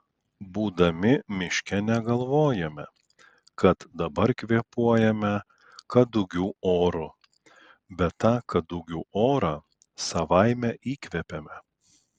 būdami miške negalvojame kad dabar kvėpuojame kadugių oru bet tą kadugių orą savaime įkvepiame